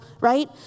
right